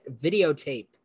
videotape